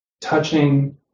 touching